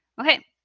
Okay